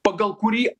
pagal kurį